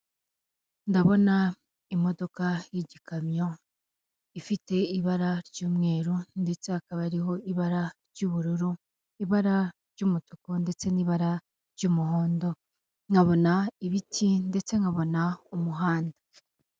Ndabona imodoka y'igikamyo ifite ibara ry'umweru, ndetse hakaba hariho ibara ry'ubururu, ibara ry'umutuku ndetse n'ibara ry'umuhondo, nkabona ibiti ndetse nkabona umuhanda.